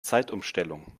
zeitumstellung